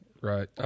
Right